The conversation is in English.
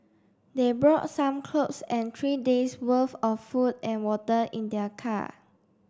they brought some clothes and three days' worth of food and water in their car